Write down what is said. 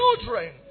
children